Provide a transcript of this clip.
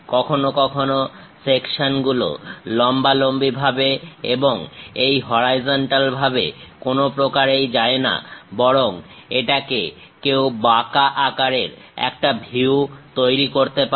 কখনো কখনো সেকশন গুলো লম্বালম্বিভাবে এবং এই হরাইজন্টাল ভাবে কোনো প্রকারেই যায় না বরং এটাকে কেউ বাঁকা আকারের একটা ভিউ তৈরি করতে পারে